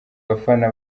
bafana